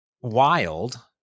wild